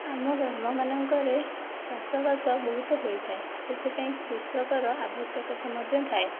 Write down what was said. ଆମ ଗ୍ରାମମାନଙ୍କରେ ଚାଷବାସ ବହୁତ ହୋଇଥାଏ ସେଥିପାଇଁ କୃଷକର ଆବଶ୍ୟକତା ମଧ୍ୟ ଥାଏ